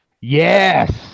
Yes